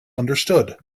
understood